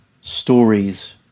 stories